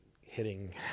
hitting